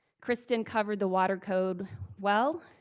kristen covered the water code well,